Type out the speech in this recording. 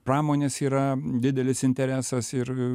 pramonės yra didelis interesas ir